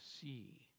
see